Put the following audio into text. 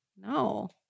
No